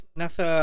nasa